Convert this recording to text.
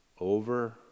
over